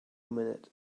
minute